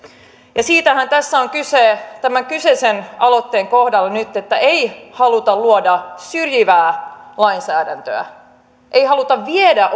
siitähän tässä on nyt kyse tämän kyseisen aloitteen kohdalla että ei haluta luoda syrjivää lainsäädäntöä ei haluta viedä